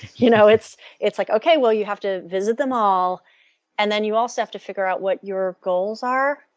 you know it's it's like okay well you have to visit them all and then you also have to figure out what your goals are.